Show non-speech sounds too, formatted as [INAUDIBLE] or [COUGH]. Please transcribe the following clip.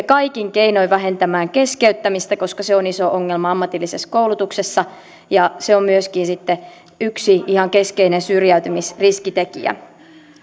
[UNINTELLIGIBLE] kaikin keinoin vähentämään keskeyttämistä koska se on iso ongelma ammatillisessa koulutuksessa ja se on myöskin sitten yksi ihan keskeinen syrjäytymisriskitekijä